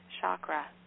chakra